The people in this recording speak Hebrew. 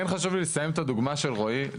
כן חשוב לי לסיים את הדוגמא של רואי,